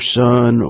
son